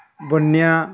ବନ୍ୟା